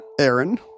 Aaron